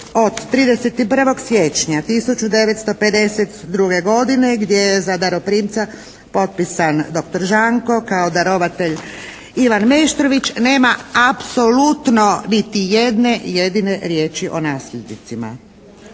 od 31. siječnja 1952. godine, gdje je za daroprimca potpisan doktor Žanko kao darovatelj Ivan Meštrović, nema apsolutno niti jedne jedine riječi o nasljednicima.